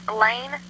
Lane